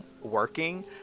working